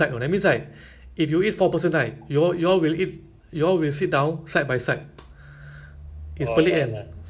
you know like tape properly then ah section off like one table instead of six right become four lah you know